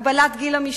הגבלת גיל המשתתפים,